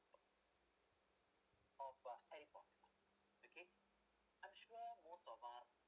of uh harry potter okay I'm sure most of us